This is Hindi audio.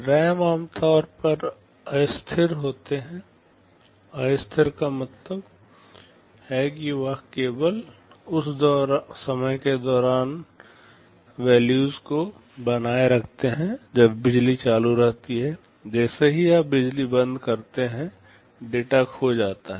रैम आम तौर पर अस्थिर होते हैं अस्थिर का मतलब है कि वे केवल उस समय के दौरान वैल्यूज को बनाए रखते हैं जब बिजली चालू रहती है जैसे ही आप बिजली बंद करते हैं डेटा खो जाता है